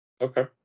Okay